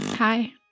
Hi